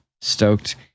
stoked